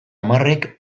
hamarrek